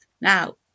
Now